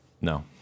No